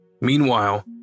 Meanwhile